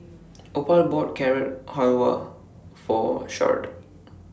Opal bought Carrot Halwa For Sharde